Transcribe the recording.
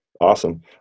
Awesome